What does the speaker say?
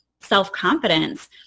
self-confidence